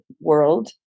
world